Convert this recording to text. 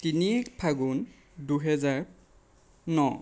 তিনি ফাগুন দুহেজাৰ ন